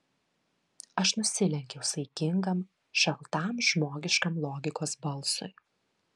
aš nusilenkiau saikingam šaltam žmogiškam logikos balsui